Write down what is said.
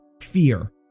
fear